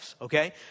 Okay